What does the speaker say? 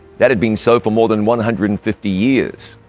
that had been so for more than one hundred and fifty years.